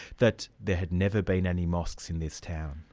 that there had never been any mosques in this town.